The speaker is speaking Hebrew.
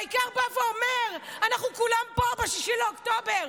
העיקר בא ואומר שאנחנו כולם פה ב-6 באוקטובר.